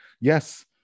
yes